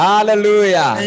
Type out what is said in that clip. Hallelujah